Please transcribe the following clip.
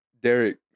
Derek